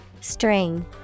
string